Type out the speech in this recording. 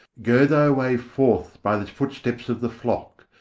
go thy way forth by the footsteps of the flock,